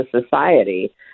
society